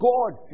God